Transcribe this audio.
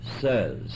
says